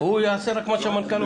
הוא יעשה רק מה שהמנכ"ל אומר.